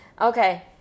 Okay